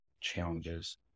challenges